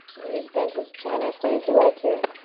knees bent as generously as you like here.